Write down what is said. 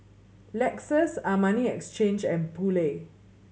Lexus Armani Exchange and Poulet